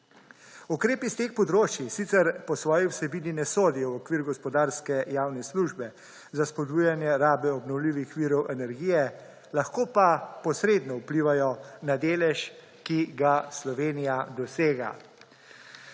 Ukrepi s teh področij sicer po svoji vsebini ne sodijo v okvir gospodarske javne službe za spodbujanje rabe obnovljivih virov energije, lahko pa posredno vplivajo na delež, ki ga Slovenija dosega.